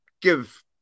give